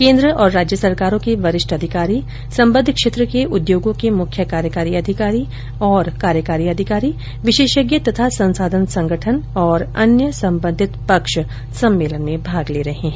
केंद्र और राज्य सरकारों के वरिष्ठ अधिकारी संबद्व क्षेत्र के उद्योगों के मुख्य कार्यकारी अधिकारी तथा कार्यकारी अधिकारी विशेषज्ञ तथा संसाधन संगठन और अन्य संबंधित पक्ष सम्मेलन में भाग ले रहे हैं